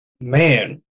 man